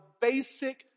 basic